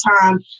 time